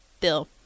bill